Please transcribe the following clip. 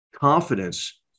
confidence